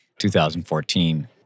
2014